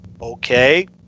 Okay